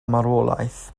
marwolaeth